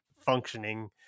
functioning